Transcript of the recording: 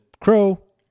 crow